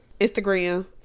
Instagram